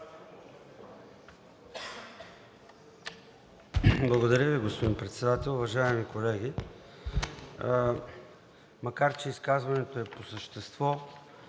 Благодаря Ви, господин Председател. Уважаеми колеги! Макар че изказването е по същество,